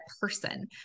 person